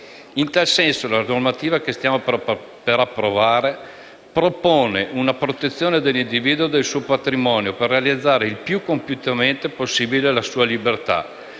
In tal senso la normativa che stiamo per approvare propone una protezione dell'individuo e del suo patrimonio, per realizzare il più compiutamente possibile la sua libertà.